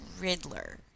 Riddler